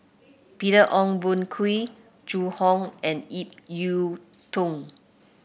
Peter Ong Boon Kwee Zhu Hong and Ip Yiu Tung